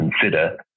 consider